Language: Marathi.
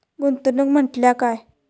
गुंतवणूक म्हटल्या काय?